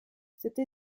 cette